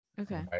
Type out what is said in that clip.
okay